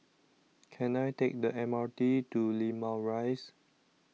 Can I Take The M R T to Limau Rise